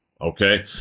Okay